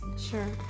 sure